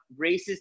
racist